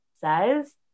says